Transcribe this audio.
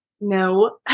No